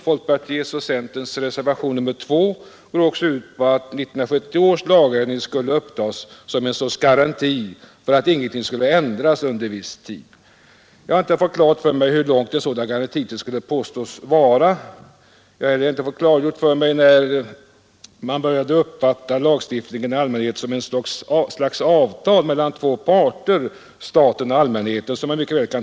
Folkpartiets och centerns reservation, nr 2, går också ut från att 1971 års lagändring skulle uppfattas som en sorts garanti för att ingenting skulle ändras under viss tid. Jag har inte fått klart för mig hur lång en sådan garantitid påstås vara. Jag har inte heller fått klargjort för mig när man började uppfatta lagstiftning i allmänhet som en sorts avtal mellan två parter — staten och allmänheten.